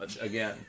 again